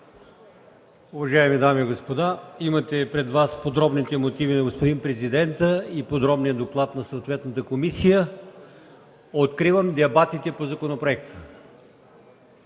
Уважаеми дами и господа, имате пред Вас подробните мотиви на Президента и подробния доклад на съответната комисия. Откривам дебатите по законопроекта.